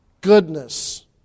goodness